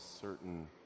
certain